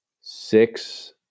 six